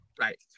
Right